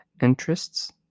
interests